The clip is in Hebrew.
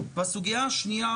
והסוגיה השנייה,